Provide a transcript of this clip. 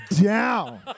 down